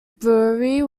brewery